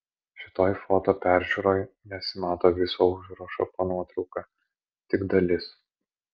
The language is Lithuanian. šitoj foto peržiūroj nesimato viso užrašo po nuotrauka tik dalis